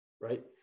Right